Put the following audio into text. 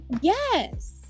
Yes